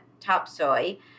Topsoy